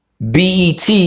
BET